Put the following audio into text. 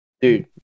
Dude